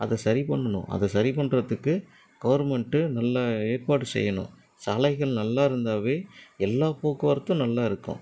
அதை சரி பண்ணணும் அதை சரி பண்றத்துக்கு கவர்மென்ட்டு நல்ல ஏற்பாடு செய்யணும் சாலைகள் நல்லா இருந்தாவே எல்லா போக்குவரத்தும் நல்லாயிருக்கும்